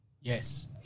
Yes